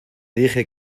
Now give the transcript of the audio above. dije